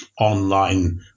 online